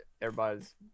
everybody's